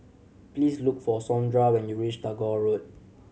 please look for Saundra when you reach Tagore Road